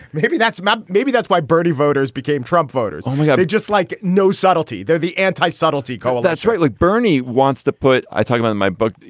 maybe that's um ah maybe that's why bernie voters became trump voters. we got just like no subtlety there the anti subtlety call. that's right look bernie wants to put i talk about in my book.